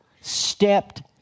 stepped